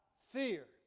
fear